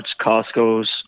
Costco's